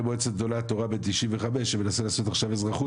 מועצת גדולי התורה בן 95 שמנסה לעשות עכשיו אזרחות